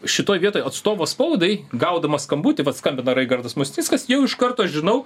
šitoj vietoj atstovas spaudai gaudamas skambutį vat skambina raigardas musnickas jau iš karto žinau